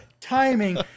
timing